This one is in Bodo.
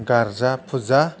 गार्जा फुजा